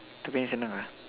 tu paling senang ah